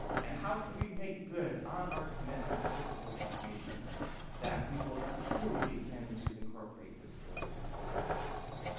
and how can we make good on our commitments to the ho-chunk nation that we will truly begin to incorporate this story into the work that we do?